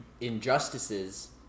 injustices